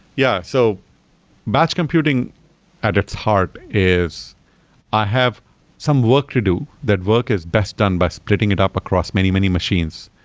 yeah. so batch computing at its heart is i have some work to do. that work is best done by splitting it up across many, many machines,